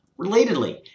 Relatedly